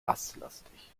basslastig